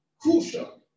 crucial